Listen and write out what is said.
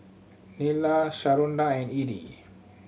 Nyla Sharonda and E D